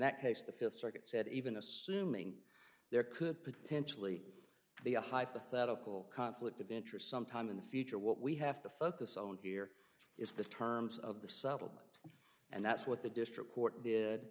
that case the fifth circuit said even assuming there could potentially be a hypothetical conflict of interest sometime in the future what we have to focus on here is the terms of the suburb and that's what the district court did